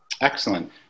Excellent